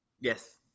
Yes